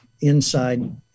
inside